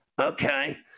Okay